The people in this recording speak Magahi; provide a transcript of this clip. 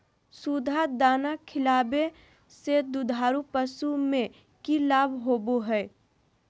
सुधा दाना खिलावे से दुधारू पशु में कि लाभ होबो हय?